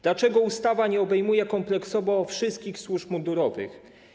Dlaczego ustawa nie obejmuje kompleksowo wszystkich służb mundurowych?